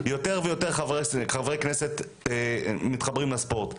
יותר ויותר חברי כנסת מתחברים לספורט.